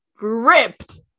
ripped